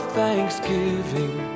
thanksgiving